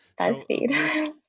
BuzzFeed